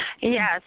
Yes